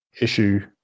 issue